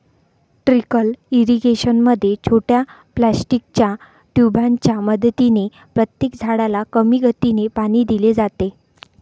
trickle irrigation मध्ये छोट्या प्लास्टिकच्या ट्यूबांच्या मदतीने प्रत्येक झाडाला कमी गतीने पाणी दिले जाते